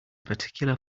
particular